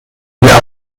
wir